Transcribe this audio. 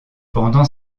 pendant